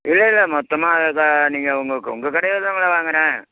இல்லை இல்லை மொத்தமாக ஏதா நீங்கள் உங்கள் உங்கள் கடையில்தாம்ல வாங்குகிறேன்